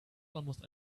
almost